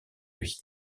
lui